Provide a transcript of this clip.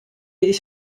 ich